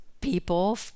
people